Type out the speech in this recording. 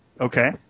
Okay